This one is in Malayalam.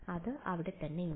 അത് അവിടെ തന്നെയുണ്ട്